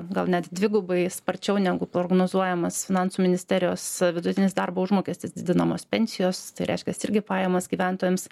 gal net dvigubai sparčiau negu prognozuojamas finansų ministerijos vidutinis darbo užmokestis didinamos pensijos tai reiškias irgi pajamas gyventojams